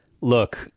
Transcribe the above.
Look